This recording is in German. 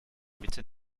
mitte